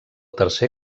tercer